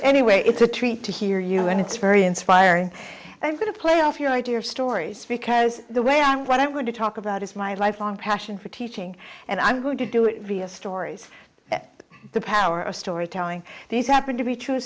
anyway it's a treat to hear you and it's very inspiring and i'm going to play off your idea of stories because the way i'm what i'm going to talk about is my lifelong passion for teaching and i'm going to do it re of stories at the power of storytelling these happen to be true